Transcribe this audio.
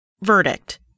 Verdict